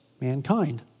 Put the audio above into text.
mankind